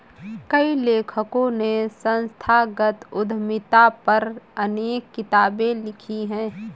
कई लेखकों ने संस्थागत उद्यमिता पर अनेक किताबे लिखी है